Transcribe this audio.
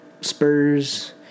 Spurs